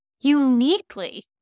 uniquely